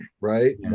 Right